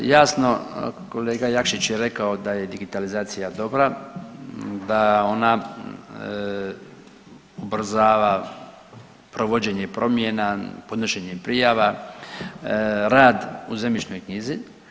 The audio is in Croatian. Jasno kolega Jakšić je rekao da je digitalizacija dobra, da ona ubrzava provođenje promjena podnošenjem prijava, rad u zemljišnoj knjizi.